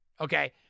okay